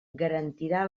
garantirà